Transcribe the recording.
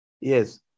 Yes